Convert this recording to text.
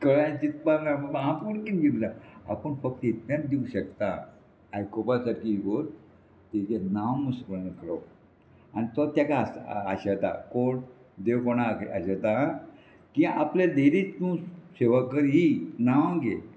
कळ्ळे जितपाक ना बाबा आपूण किदें दिवप जाय आपूण फक्त इतल्यान दिवंक शकता आयकुपा सारकी व्हर तेजें नांव मुस्क्र आनी तो ताका आशेता कोण देव कोणाक आशेता की आपले धेरीत न्हू सेवा करी नांव घे